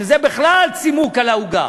שזה בכלל צימוק על העוגה.